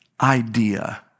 idea